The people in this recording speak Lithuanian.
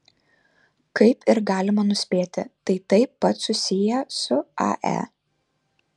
kaip ir galima nuspėti tai taip pat susiję su ae